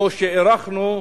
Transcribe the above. או אירחנו,